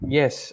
Yes